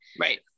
right